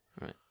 right